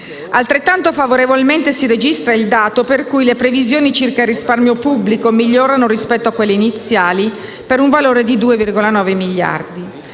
Altrettanto favorevolmente si registra il dato per cui le previsioni circa il risparmio pubblico migliorano rispetto a quelle iniziali per un valore di 2,9 miliardi.